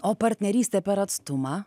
o partnerystė per atstumą